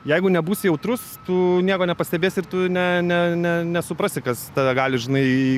jeigu nebusi jautrus tu nieko nepastebėsi ir tu ne ne ne nesuprasi kas tave gali žinai